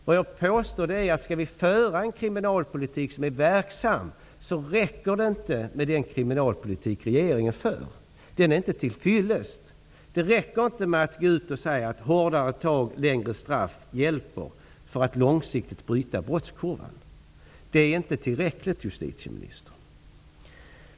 Vad jag påstår är, att om vi skall föra en kriminalpolitik som är verksam räcker det inte med den kriminalpolitik som regeringen för -- den är inte till fyllest. Det räcker inte med att gå ut och säga att hårdare tag och längre straff hjälper för att långsiktigt bryta brottskurvan. Det är inte tillräckligt, justitieministern.